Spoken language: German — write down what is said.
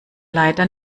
leider